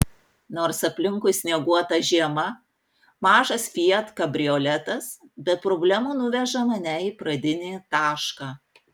nors aplinkui snieguota žiema mažas fiat kabrioletas be problemų nuveža mane į pradinį tašką